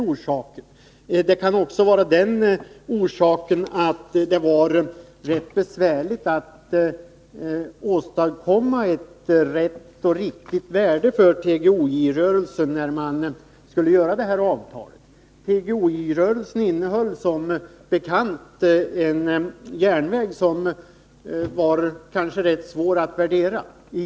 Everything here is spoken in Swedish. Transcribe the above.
Orsaken kan också ha varit den att det var rätt besvärligt att åsätta TGOJ-rörelsen ett rätt och riktigt värde när man skulle upprätta avtalet. TGOJ-rörelsen innehöll som bekant en järnväg, som kanske var rätt svår att värdera.